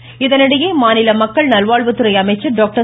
விஜயபாஸ்கர் இதனிடையே மாநில மக்கள் நல்வாழ்வுத்துறை அமைச்சர் டாக்டர்